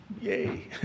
Yay